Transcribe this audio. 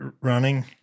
running